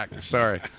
Sorry